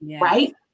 right